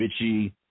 bitchy